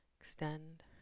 extend